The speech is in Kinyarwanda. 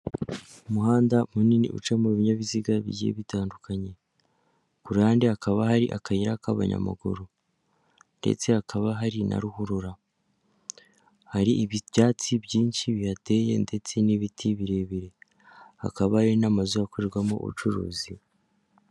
Umuhanda munini uca mu bininyabiziga bigiye bitandukanye, kurande hakaba hari akayira k'abanyamaguru ndetse hakaba hari na ruhurura, hari ibyatsi byinshi biyateye ndetse n'ibiti birebire, hakaba hari n'amazu akorerwamo ubucuruzi.